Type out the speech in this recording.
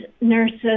nurses